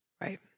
Right